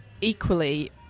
equally